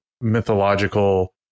mythological